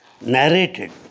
narrated